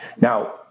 Now